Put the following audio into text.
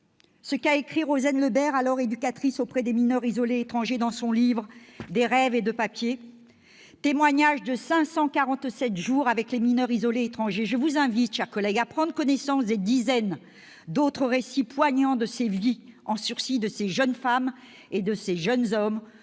ce qu'a écrit Rozenn Le Berre, alors éducatrice auprès des mineurs isolés étrangers, dans son livre, témoignage de 547 jours passés avec les mineurs isolés étrangers. Je vous invite à prendre connaissance des dizaines d'autres récits poignants de ces vies en sursis, de ces jeunes femmes et de ces jeunes hommes